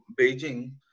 Beijing